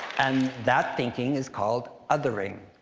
and that thinking is called othering.